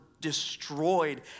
destroyed